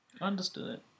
understood